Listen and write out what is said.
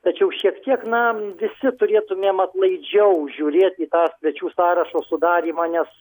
tačiau šiek tiek nam visi turėtumėm atlaidžiau žiūrėt į tą svečių sąrašo sudarymą nes